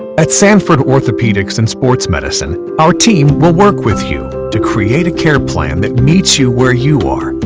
at sanford orthopedics and sports medicine, our team will work with you to create a care plan that meets you where you are.